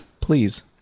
please